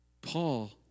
Paul